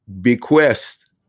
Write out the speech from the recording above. bequest